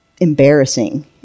embarrassing